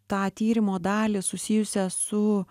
tą tyrimo dalį susijusią su